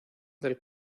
del